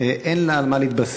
אין לה על מה להתבסס.